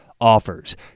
offers